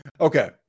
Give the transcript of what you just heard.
Okay